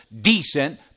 decent